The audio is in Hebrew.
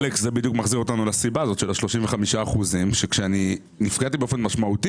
זה בדיוק מחזיר אותנו לסיבה הזאת של 35%. כשנפגעתי באופן משמעותי